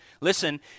Listen